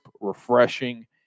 refreshing